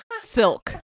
Silk